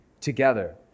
together